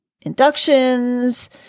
inductions